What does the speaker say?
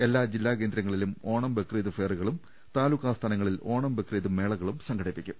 എല്ലാ ജില്ലാ കേന്ദ്രങ്ങളിലും ഓണം ബക്രീദ് ഫെയറുകളും താലൂക്ക് ആസ്ഥാനങ്ങളിൽ ഓണം ബക്രീദ് മേളകളും സംഘടിപ്പിക്കും